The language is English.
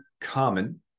common